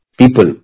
people